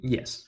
Yes